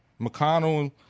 McConnell